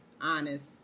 honest